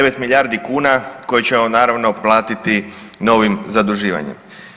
9 milijardi kuna koje ćemo naravno platiti novim zaduživanjem.